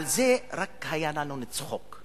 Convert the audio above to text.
על זה רק היה לנו לצחוק,